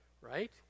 right